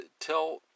tell